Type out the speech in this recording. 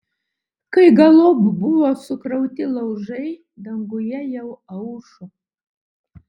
kai galop buvo sukrauti laužai danguje jau aušo